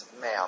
ma'am